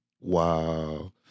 Wow